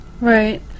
Right